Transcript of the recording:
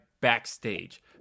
backstage